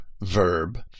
verb